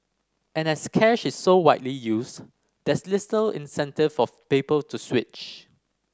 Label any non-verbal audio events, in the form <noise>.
and as cash is so widely used there's <unintelligible> incentive for people to switch